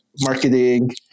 marketing